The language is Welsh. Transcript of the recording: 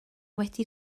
wedi